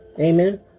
Amen